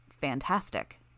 Fantastic